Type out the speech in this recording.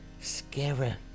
scarer